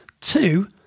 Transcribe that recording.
Two